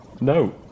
No